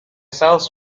sales